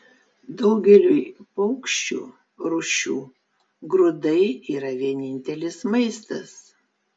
daugeliui paukščių rūšių grūdai yra vienintelis maistas